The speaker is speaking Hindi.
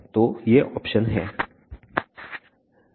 तो ये ऑप्शन हैं